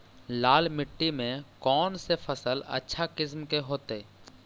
लाल मिट्टी में कौन से फसल अच्छा किस्म के होतै?